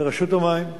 לרשות המים.